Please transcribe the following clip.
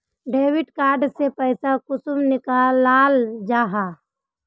Debit card से पैसा कुंसम निकलाल जाहा?